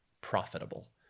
profitable